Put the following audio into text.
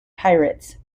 pirates